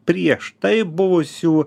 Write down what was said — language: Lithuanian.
prieš tai buvusių